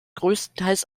größtenteils